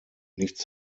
nichts